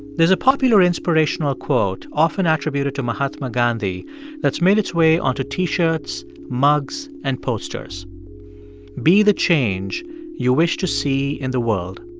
there's a popular inspirational quote often attributed to mahatma gandhi that's made its way on to t-shirts, mugs and posters be the change you wish to see in the world.